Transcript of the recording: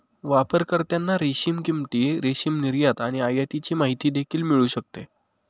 वापरकर्त्यांना रेशीम किंमती, रेशीम निर्यात आणि आयातीची माहिती देखील मिळू शकते